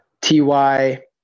ty